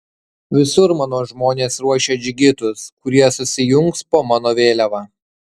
visur mano žmonės ruošia džigitus kurie susijungs po mano vėliava